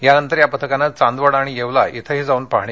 त्यानंतर या पथकानं चांदवड आणि येवला इथंही जाऊन पाहणी केली